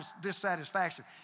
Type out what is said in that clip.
dissatisfaction